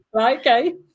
Okay